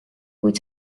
kuid